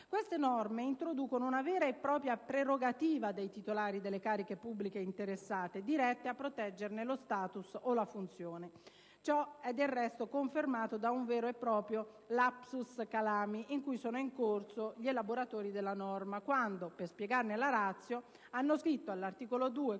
Queste norme introducono una vera e propria prerogativa dei titolari delle cariche pubbliche interessate, diretta a proteggerne lo *status* o la funzione. Ciò è del resto confermato da un vero e proprio *lapsus calami* in cui sono incorsi gli elaboratori della norma quando, per spiegarne la *ratio*, hanno scritto all'articolo 2,